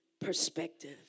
perspective